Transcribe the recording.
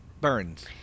Burns